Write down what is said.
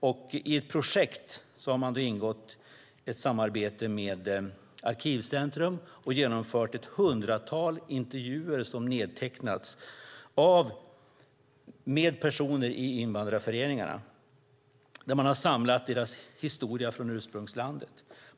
Man har i projektform haft ett samarbete med Arkivcentrum och genomfört ett hundratal intervjuer med personer i invandrarföreningarna och nedtecknat deras historia från ursprungslandet.